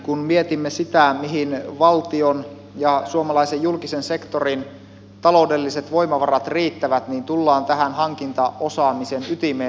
kun mietimme sitä mihin valtion ja suomalaisen julkisen sektorin taloudelliset voimavarat riittävät niin tullaan tähän hankintaosaamisen ytimeen